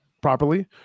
properly